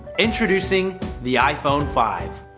introducing the iphone five.